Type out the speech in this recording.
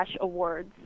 awards